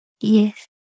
Yes